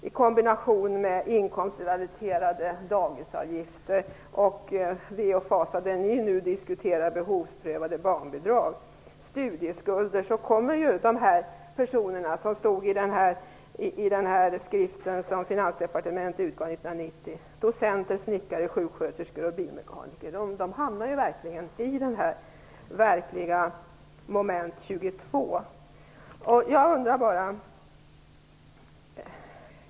I kombination med inkomstrelaterade dagisavgifter - och det som ni nu, ve och fasa, diskuterar, nämligen behovsprövade barnbidrag - samt studieskulder kommer detta att göra att de personer som angavs i den skrift som Finansdepartementet utgav 1990 - verkligen hamnar i Moment 22.